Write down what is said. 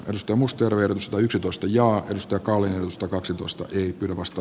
risto musto reilusta yksitoista ja gösta kalen sta kaksitoista ey vasta